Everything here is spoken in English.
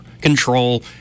control